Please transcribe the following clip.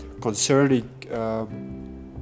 concerning